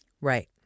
Right